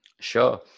Sure